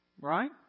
Right